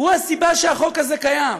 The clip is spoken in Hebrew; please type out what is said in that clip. הוא הסיבה שהחוק הזה קיים.